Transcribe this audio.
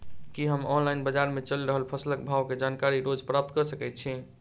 की हम ऑनलाइन, बजार मे चलि रहल फसलक भाव केँ जानकारी रोज प्राप्त कऽ सकैत छी?